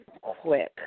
quick